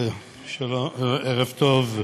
ערב טוב,